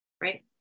right